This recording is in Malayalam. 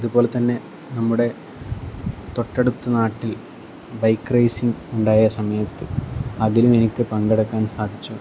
അതുപോലെത്തന്നെ നമ്മുടെ തൊട്ടടുത്ത് നാട്ടിൽ ബൈക്ക് റേസിംഗ് ഉണ്ടായ സമയത്ത് അതിലും എനിക്ക് പങ്കെടുക്കാൻ സാധിച്ചു